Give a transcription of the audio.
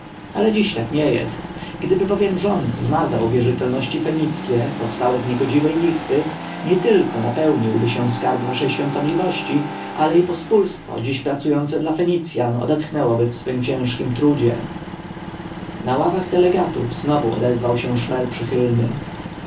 ale dziś tak nie jest gdyby bowiem rząd zmazał wierzytelności fenickie powstałe z niegodziwej lichwy nietylko napełniłby się skarb waszej świątobliwości ale i pospólstwo dziś pracujące dla fenicjan odetchnęłoby w swym ciężkim trudzie na ławach delegatów znowu odezwał się szmer przychylny